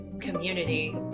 community